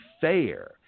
fair